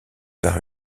par